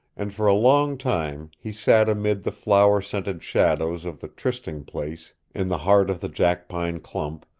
and for a long time he sat amid the flower-scented shadows of the trysting-place in the heart of the jackpine clump,